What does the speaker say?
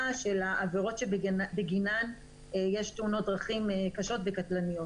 של העבירות שבגינן יש תאונות דרכים קשות וקטלניות.